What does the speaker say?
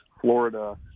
Florida